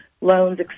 loans